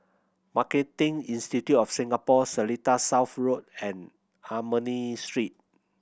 Marketing Institute of Singapore Seletar South Road and Ernani Street